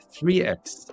3x